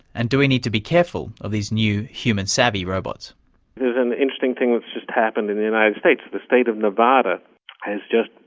and do we need to be careful of these new human-savvy robots? there was an interesting thing that's just happened in the united states, the state of nevada has just.